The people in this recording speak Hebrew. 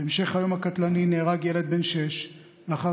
בהמשך היום הקטלני נהרג ילד בן שש לאחר